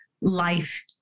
life